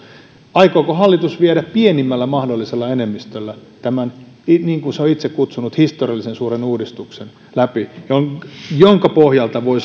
aikooko hallitus viedä läpi pienimmällä mahdollisella enemmistöllä tämän niin kuin se on itse sanonut historiallisen suuren uudistuksen jonka pohjalta voi